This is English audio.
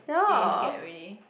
age gap already